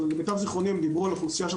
אבל למיטב זכרוני הם דיברו על אוכלוסייה של